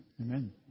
Amen